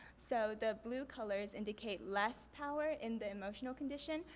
so the blue colors indicate less power in the emotional condition,